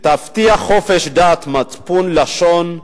תבטיח חופש דת, מצפון, לשון,